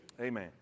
Amen